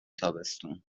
تابستون